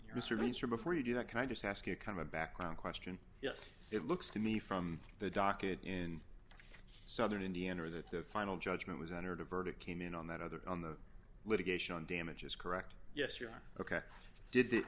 your surveys from before you do that can i just ask you a kind of a background question yes it looks to me from the docket in southern indiana are that the final judgment was entered a verdict came in on that other on the litigation on damages correct yes you're ok did the